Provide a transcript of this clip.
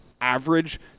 average